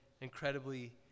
incredibly